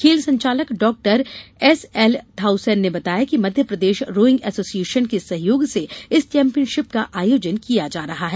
खेल संचालक doctor S L Thausen ने बताया कि मध्यप्रदेश रोइंग एसोसिएशन के सहयोग से इस चैंम्पियनशिप का आयोजन किया जा रहा है